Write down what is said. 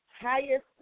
highest